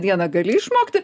dieną gali išmokti